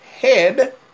head